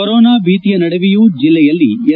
corona ಭೀತಿಯ ನಡುವೆಯೂ ಜಿಲ್ಲೆಯಲ್ಲಿ ಎಸ್